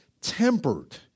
tempered